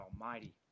Almighty